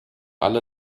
alle